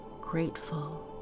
grateful